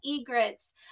egrets